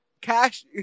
cash